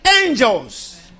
angels